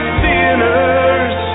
sinners